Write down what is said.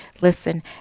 Listen